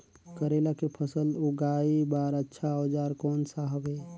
करेला के फसल उगाई बार अच्छा औजार कोन सा हवे?